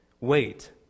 Wait